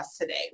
today